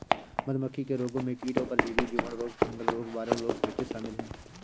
मधुमक्खी के रोगों में कीट और परजीवी, जीवाणु रोग, फंगल रोग, वायरल रोग, पेचिश शामिल है